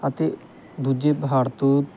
ਅਤੇ ਦੂਜੇ ਪਹਾੜ ਤੋਂ